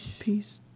peace